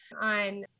on